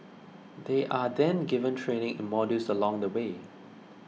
they are then given training in modules along the way